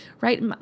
Right